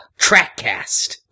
TrackCast